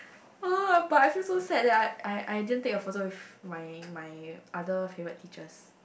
oh but I feel so sad leh I I I didn't take a photo with my my other favourite teachers